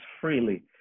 freely